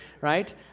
right